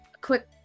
quick